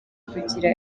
kugira